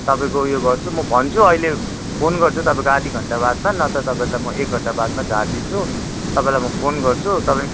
तपाईँको उयो गर्छु म भन्छु अहिले फोन गर्छु तपाईँको आधा घन्टा बादमा नत्र तपाईँलाई म एक घन्टा बादमा झारिदिन्छु तपाईँलाई म फोन गर्छु तपाईँ